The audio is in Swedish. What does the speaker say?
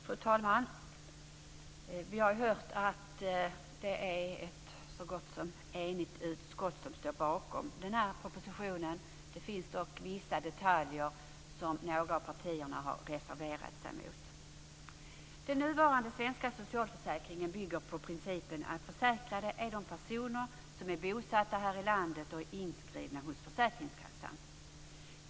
Fru talman! Som nämnts står ett enigt utskott bakom propositionen. Några av partierna har dock reserverat sig mot vissa detaljer. Den nuvarande svenska socialförsäkringen bygger på principen att försäkrade är de personer som är bosatta här i landet och inskrivna hos försäkringskassan.